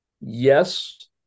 yes